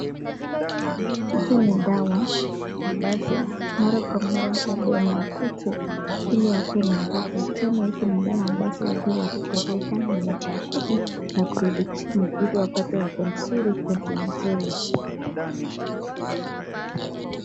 Hizi ni dawa ambazo mara kwa mara hupewa watoto ili wakuwe na nguvu. Tena hizi ni dawa ambazo hupewa mtu aliyekuwa na miaka kumi na kurudi chini. Ili wapate afya nzuri nguvu nzuri.